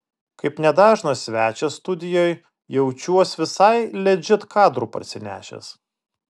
kaip nedažnas svečias studijoj jaučiuos visai ledžit kadrų parsinešęs